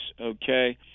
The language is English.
okay